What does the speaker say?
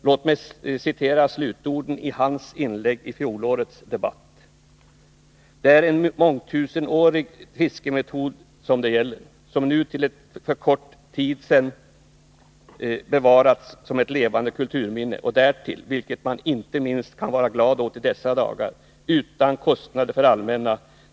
Låt mig citera slutorden i hans inlägg i fjolårets debatt: ”Det är en mångtusenårig fiskemetod som det gäller, som nu till för kort tid sedan bevarats som ett levande kulturminne — och därtill, vilket man inte minst kan vara glad åt i dessa dagar, utan kostnader för det allmänna.